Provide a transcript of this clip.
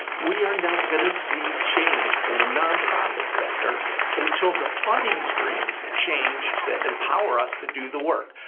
we are not gonna see change in the non-profit sector until the funding streams change that empower us to do the work.